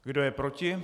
Kdo je proti?